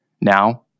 Now